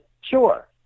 sure